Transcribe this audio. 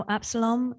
Absalom